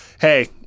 hey